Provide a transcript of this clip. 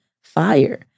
fire